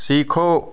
सीखो